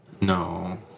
No